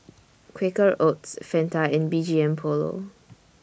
Quaker Oats Fanta and B G M Polo